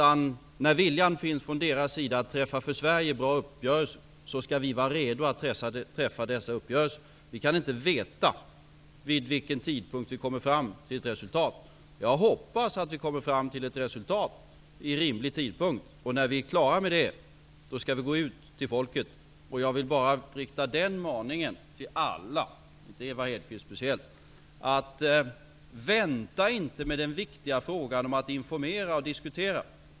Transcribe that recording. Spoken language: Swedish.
När viljan finns från deras sida att träffa för Sverige bra uppgörelser skall vi vara redo att träffa dessa uppgörelser. Vi kan inte veta vid vilken tidpunkt vi kommer fram till ett resultat. Jag hoppas att vi kommer fram till ett resultat i rimlig tid, och när vi är klara med det skall vi gå ut till folket. Jag vill till alla -- inte till Ewa Hedkvist Petersen speciellt -- rikta en maning att inte vänta med den viktiga uppgiften att informera och diskutera.